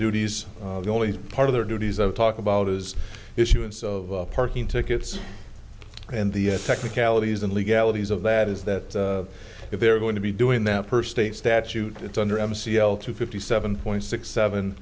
duties the only part of their duties of talk about is issuance of parking tickets and the technicalities and legalities of that is that if they're going to be doing that per state statute it's under m c l two fifty seven point six seven